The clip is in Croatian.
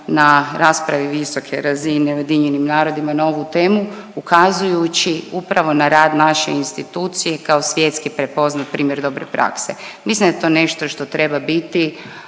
na raspravi visoke razine u UN-u na ovu temu ukazujući upravo na rad naše institucije kao svjetski prepoznat primjer dobre prakse. Mislim da je to nešto što treba biti